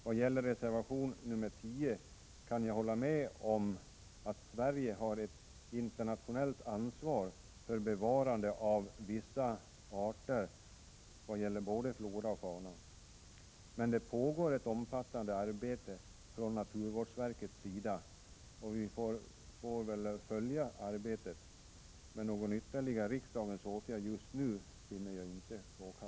Vad gäller reservation nr 10 kan jag hålla med om att Sverige har ett internationellt ansvar för bevarande av vissa arter vad gäller både flora och fauna. Det pågår ett omfattande arbete från naturvårdsverkets sida, och vi får väl följa det arbetet, men någon ytterligare riksdagens åtgärd just nu finner jag inte påkallad.